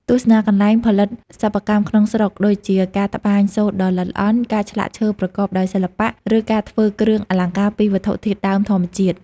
ទស្សនាកន្លែងផលិតសិប្បកម្មក្នុងស្រុក ដូចជាការត្បាញសូត្រដ៏ល្អិតល្អន់ ការឆ្លាក់ឈើប្រកបដោយសិល្បៈ ឬការធ្វើគ្រឿងអលង្ការពីវត្ថុធាតុដើមធម្មជាតិ។